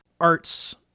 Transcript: arts